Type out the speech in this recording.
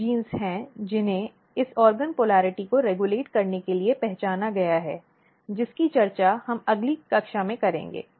कुछ जीन हैं जिन्हें इस अंग के ध्रुवण को रेग्यूलेट करने के लिए पहचाना गया है जिसकी चर्चा हम अगली कक्षा में करेंगे